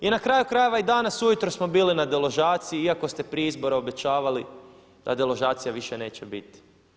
I na kraju krajeva i danas ujutro smo bili na deložaciji iako ste prije izbora obećavali da deložacija više neće biti.